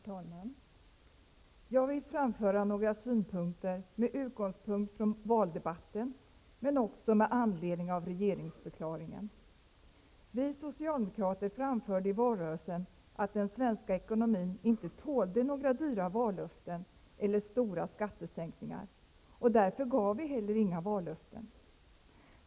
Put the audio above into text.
Herr talman! Jag vill framföra några synpunkter med utgångspunkt från valdebatten, men också med anledning av regeringsförklaringen. Vi socialdemokrater framförde i valrörelsen att den svenska ekonomin inte tålde några dyra vallöften eller stora skattesänkningar. Därför gav vi heller inga vallöften.